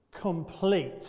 Complete